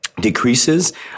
Decreases